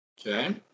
Okay